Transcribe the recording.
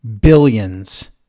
Billions